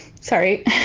Sorry